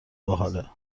باحاله